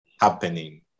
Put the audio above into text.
happening